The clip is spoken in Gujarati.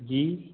જી